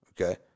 okay